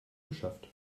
geschafft